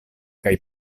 kaj